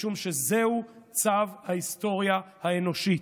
משום שזהו צו ההיסטוריה האנושית.